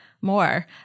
more